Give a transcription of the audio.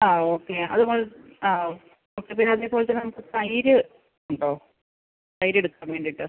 ആ ഓക്കെ അത് മതി ആ ഓക്കെ പിന്നെ അതേപോലെത്തന്നെ നമുക്ക് തൈര് ഉണ്ടോ തൈര് എടുക്കാൻ വേണ്ടിയിട്ട്